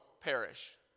perish